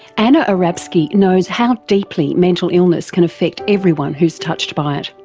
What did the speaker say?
anna arabskyj knows how deeply mental illness can affect everyone who's touched by it.